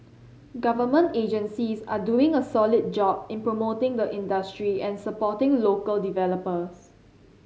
government agencies are doing a solid job in promoting the industry and supporting local developers